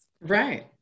Right